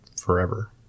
forever